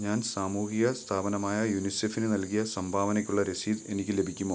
ഞാൻ സാമൂഹിക സ്ഥാപനമായ യുനിസെഫിന് നൽകിയ സംഭാവനയ്ക്കുള്ള രസീത് എനിക്ക് ലഭിക്കുമോ